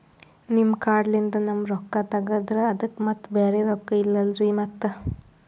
ನಿಮ್ ಕಾರ್ಡ್ ಲಿಂದ ನಮ್ ರೊಕ್ಕ ತಗದ್ರ ಅದಕ್ಕ ಮತ್ತ ಬ್ಯಾರೆ ರೊಕ್ಕ ಇಲ್ಲಲ್ರಿ ಮತ್ತ?